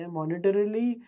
monetarily